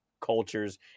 cultures